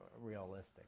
realistic